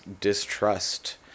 distrust